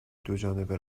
دوجانبه